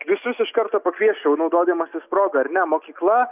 visus iš karto pakviesčiau naudodamasis proga ar ne mokykla